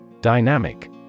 Dynamic